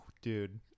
Dude